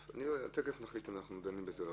תיכף נחליט אם אנחנו דנים בזה.